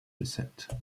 descent